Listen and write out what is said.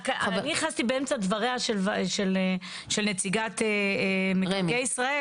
אני נכנסתי באמצע דבריה של נציגת מקרקעי ישראל.